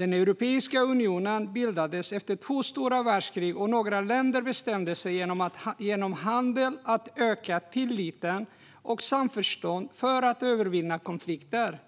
Europeiska unionen bildades efter två stora världskrig, då några länder bestämde sig för att genom handel öka tilliten och samförståndet och på så sätt övervinna konflikter.